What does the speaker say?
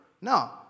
No